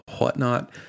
whatnot